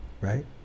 right